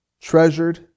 treasured